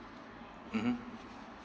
mmhmm